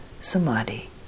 samadhi